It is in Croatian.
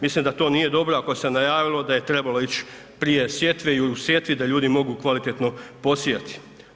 Mislim da to nije dobro ako se najavilo da je trebalo ići prije sjetve i u sjetvi da ljudi mogu kvalitetno posijati.